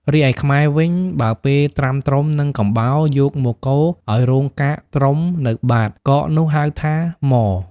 រីឯខ្មែរវិញ បើពេលត្រាំត្រុំ និងកំបោរ យកមកកូរឱ្យរងកាកត្រុំនៅបាត កកនោះហៅថា ម៉។